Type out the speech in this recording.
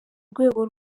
rwego